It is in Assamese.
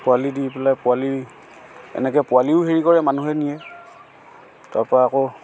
পোৱালি দি পেলাই পোৱালি এনেকৈ পোৱালিও হেৰি কৰে মানুহে নিয়ে তাৰপৰা আকৌ